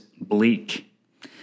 bleak